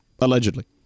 allegedly